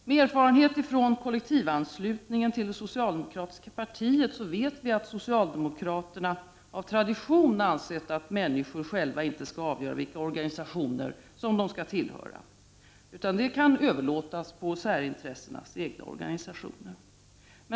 Med erfarenhet från kollektivanslutningen till det socialdemokratiska partiet vet vi att socialdemokraterna av tradition anser att människor själva inte skall avgöra vilka organisationer de skall tillhöra, utan det kan överlåtas på särintressenas egna organisationer.